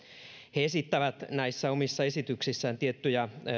he esittävät näissä omissa esityksissään tiettyjä